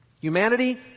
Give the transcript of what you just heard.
Humanity